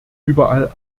überall